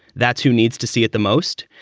that's who needs to see it the most.